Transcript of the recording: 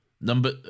Number